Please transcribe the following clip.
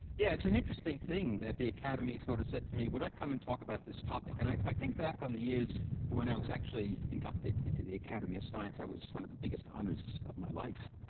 yeah it's an interesting thing that the academy sort of said to me would i come and talk about this topic. and i think back on the years when i was actually inducted into the academy of science, that was one of the biggest honours of my life.